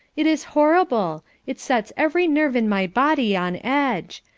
it is horrible it sets every nerve in my body on edge.